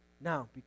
Now